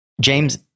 James